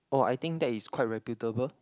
oh I think that is quite reputable